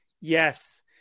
Yes